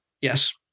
Yes